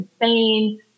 insane